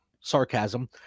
sarcasm